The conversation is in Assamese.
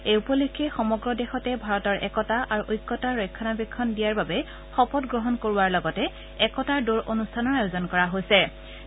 এই উপলক্ষে সমগ্ৰ দেশতে ভাৰতৰ একতা আৰু ঐক্যতাক ৰক্ষণাবেক্ষণ দিয়াৰ বাবে শপত গ্ৰহণ কৰোৱাৰ লগতে একতাৰ দৌৰ অনুষ্ঠানৰ আয়োজন কৰা হৈছে